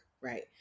right